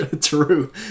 true